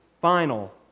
final